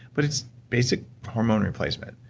but it's basic hormone replacement.